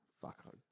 Fuck